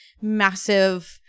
massive